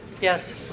yes